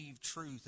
truth